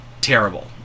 terrible